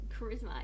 Charisma